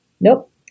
Nope